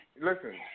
Listen